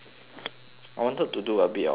I wanted to do a bit of work